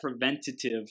preventative